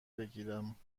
بگیرم